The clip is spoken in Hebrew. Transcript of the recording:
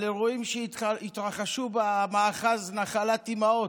על אירועים שהתרחשו במאחז נחלת אימהות.